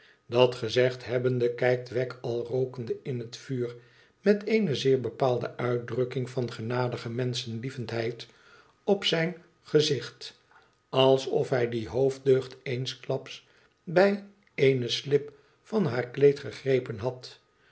dat gezegd hebbende kijkt wegg al rookende in het vuur met eene zeer bepaalde uitdrukking van genadige menschlievendheid op zijn gezicht alsof hij die hoofddeugd eensklaps bij eene slip van haar kleed gegrepen had